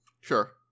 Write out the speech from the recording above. Sure